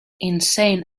insane